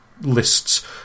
lists